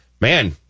man